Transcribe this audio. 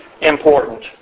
important